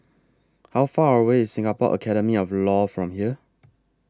How Far away IS Singapore Academy of law from here